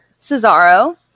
Cesaro